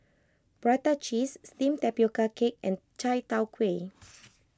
Prata Cheese Steamed Tapioca Cake and Chai Tow Kway